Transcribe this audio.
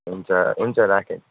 हुन्छ हुन्छ राखेँ